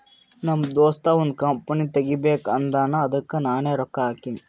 ನಮ್ ದೋಸ್ತ ಒಂದ್ ಕಂಪನಿ ತೆಗಿಬೇಕ್ ಅಂದಾನ್ ಅದ್ದುಕ್ ನಾನೇ ರೊಕ್ಕಾ ಹಾಕಿನಿ